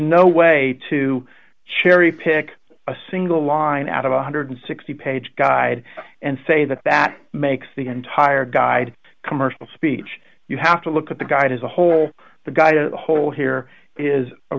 no way to cherry pick a single line out of one hundred and sixty page guide and say that that makes the entire guide commercial speech you have to look at the guide as a whole the guide of the whole here is